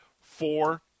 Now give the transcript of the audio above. four